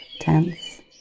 tense